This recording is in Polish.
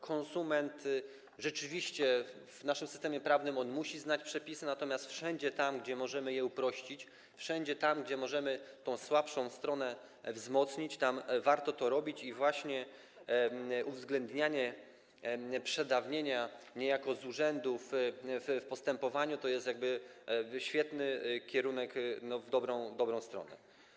Konsument rzeczywiście w naszym systemie prawnym musi znać przepisy, natomiast wszędzie tam, gdzie możemy je uprościć, wszędzie tam, gdzie możemy tę słabszą stronę wzmocnić, warto to robić i właśnie uwzględnianie przedawnienia niejako z urzędu w postępowaniu to jest świetny kierunek, w dobrą stronę.